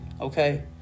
Okay